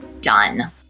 done